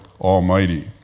Almighty